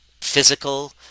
physical